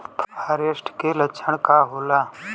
फारेस्ट के लक्षण का होला?